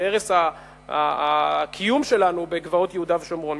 שערש הקיום שלנו בגבעות יהודה ושומרון,